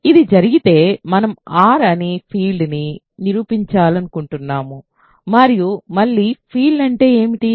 ఇది జరిగితే మనం R అని ఫీల్డ్ని చూపించాలనుకుంటున్నాము మరియు మళ్లీ ఫీల్డ్ అంటే ఏమిటి